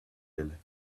elle